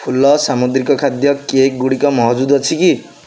ଫୁଲ ସାମୁଦ୍ରିକ ଖାଦ୍ୟ କେକଗୁଡ଼ିକ ମହଜୁଦ ଅଛି କି